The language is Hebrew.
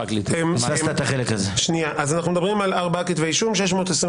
ככלל אנו יודעים שסגירת כבישים זה דבר אסור אבל יש שיקול